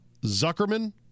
Zuckerman